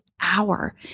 hour